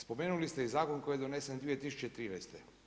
Spomenuli ste i zakon koji je donesen 2013.